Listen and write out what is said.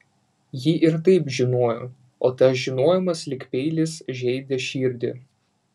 ji ir taip žinojo o tas žinojimas lyg peilis žeidė širdį